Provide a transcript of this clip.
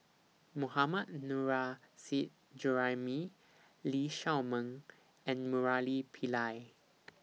Mohammad Nurrasyid Juraimi Lee Shao Meng and Murali Pillai